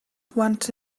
went